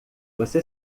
você